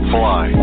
Fly